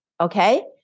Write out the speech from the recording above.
okay